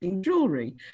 jewelry